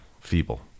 feeble